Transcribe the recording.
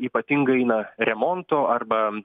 ypatingai na remonto arba